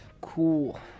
Cool